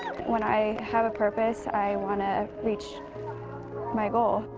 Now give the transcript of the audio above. when i have a purpose, i want to reach my goal.